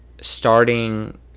starting